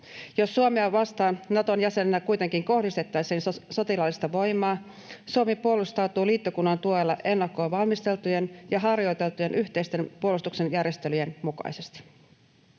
Jos Suomea vastaan Naton jäsenenä kuitenkin kohdistettaisiin sotilaallista voimaa, Suomi puolustautuu liittokunnan tuella ennakkoon valmisteltujen ja harjoiteltujen yhteisten puolustuksen järjestelyjen mukaisesti.